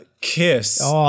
kiss